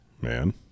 man